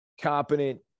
competent